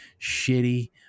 shitty